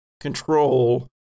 control